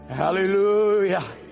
Hallelujah